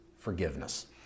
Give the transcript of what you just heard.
forgiveness